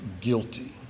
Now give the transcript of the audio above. guilty